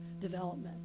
development